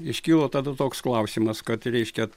iškilo tada toks klausimas kad reiškia